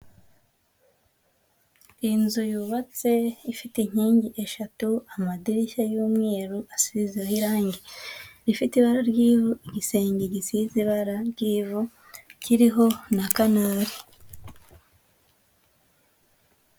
Iyi inzu yubatse ifite inkingi eshatu, amadirishya y'umweru asizeho irangi rifite ibara ry’ivu, igisenge gisize ibara ry’ivu kiriho na kanari.